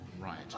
Right